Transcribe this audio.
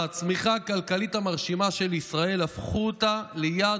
"הצמיחה הכלכלית המרשימה של ישראל הפכה אותה ליעד